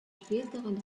späteren